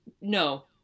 no